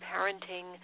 parenting